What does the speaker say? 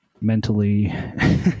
mentally